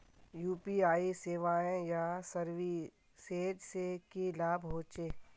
UPI सेवाएँ या services से की लाभ होचे?